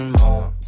more